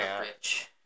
rich